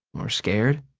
or scared?